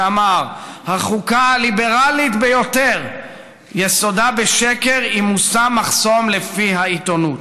שאמר: "החוקה הליברלית ביותר יסודה בשקר אם מושם מחסום לפי העיתונות,